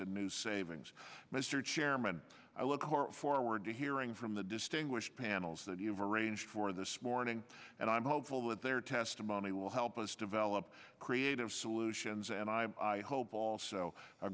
in new savings mr chairman i look or forward to hearing from the distinguished panels that you've arranged for this morning and i'm hopeful that their testimony will help us develop creative solutions and i hope also a